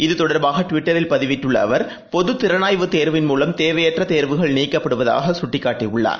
இது தொடர்பாகட்விட்டரில் பதிவிட்டுள்ளஅவர் பொதுதிறனாய்வு தேர்வின் மூலம் தேவையற்றதேர்வுகள் நீக்கப்படுவதாகஅவர் சுட்டிக்காட்டியுள்ளார்